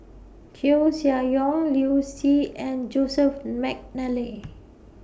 Koeh Sia Yong Liu Si and Joseph Mcnally